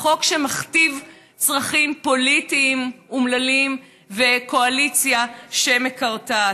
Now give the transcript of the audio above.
חוק שמכתיבים צרכים פוליטיים אומללים וקואליציה שמקרטעת.